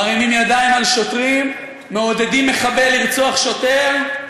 מרימים ידיים על שוטרים, מעודדים מחבל לרצוח שוטר,